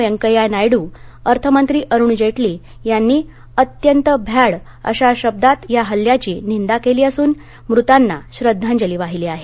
वेंकय्या नायडू अर्थ मंत्री अरुण जेटली यांनी अत्यंत भ्याड अशा शब्दात या हल्ल्याची निंदा केली असून मुतांना श्रद्धांजली वाहिली आहे